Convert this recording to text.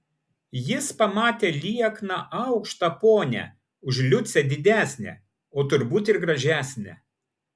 jis pamatė liekną aukštą ponią už liucę didesnę o turbūt ir gražesnę